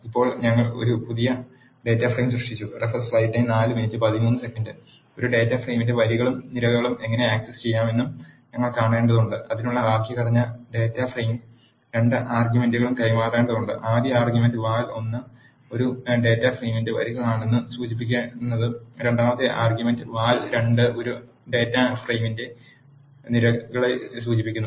ഇപ്പോൾ ഞങ്ങൾ ഒരു ഡാറ്റ ഫ്രെയിം സൃഷ്ടിച്ചു ഒരു ഡാറ്റാ ഫ്രെയിമിന്റെ വരികളും നിരകളും എങ്ങനെ ആക്സസ് ചെയ്യാമെന്ന് ഞങ്ങൾ കാണേണ്ടതുണ്ട് അതിനുള്ള വാക്യഘടന ഡാറ്റാ ഫ്രെയിമും 2 ആർഗ്യുമെന്റുകളും കൈമാറേണ്ടതുണ്ട് ആദ്യ ആർഗ്യുമെന്റ് വാൽ 1 ഒരു ഡാറ്റാ ഫ്രെയിമിന്റെ വരികളെയാണ് സൂചിപ്പിക്കുന്നത് രണ്ടാമത്തെ ആർഗ്യുമെന്റ് വാൽ 2 ഒരു ഡാറ്റ ഫ്രെയിമിന്റെ നിരകളെ സൂചിപ്പിക്കുന്നു